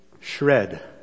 shred